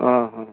অঁ অঁ